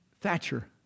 Thatcher